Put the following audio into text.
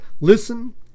Listen